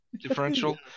differential